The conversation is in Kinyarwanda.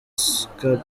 skpado